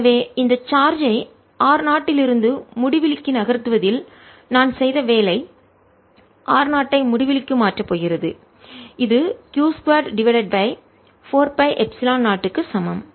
எனவே இந்த சார்ஜ் ஐ r0 வில் இருந்து முடிவிலிக்கு நகர்த்துவதில் நான் செய்த வேலை r 0 ஐ முடிவிலிக்கு மாற்றப் போகிறது இது q 2 divided by 4 pi epsilon 0 க்கு சமம்